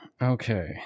Okay